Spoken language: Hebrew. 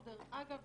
דרך אגב,